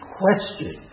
question